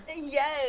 yes